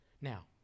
Now